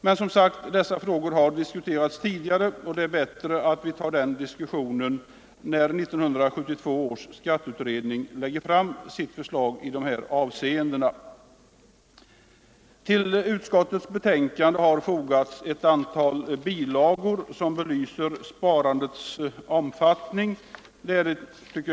Men dessa frågor har diskuterats tidigare, och det är bäst att ta upp den debatten när 1972 års skatteutredning lägger fram sina förslag i dessa avseenden. Vid utskottets betänkande har fogats ett antal bilagor som belyser sparandets utveckling och omfattning.